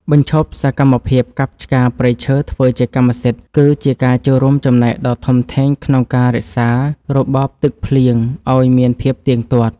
បញ្ឈប់សកម្មភាពកាប់ឆ្ការព្រៃឈើធ្វើជាកម្មសិទ្ធិគឺជាការចូលរួមចំណែកដ៏ធំធេងក្នុងការរក្សារបបទឹកភ្លៀងឱ្យមានភាពទៀងទាត់។